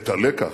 את הלקח?